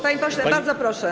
Panie pośle, bardzo proszę.